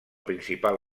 principal